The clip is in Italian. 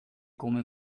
come